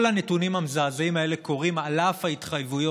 כל הנתונים המזעזעים האלה קורים על אף ההתחייבויות